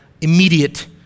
immediate